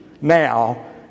now